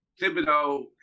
Thibodeau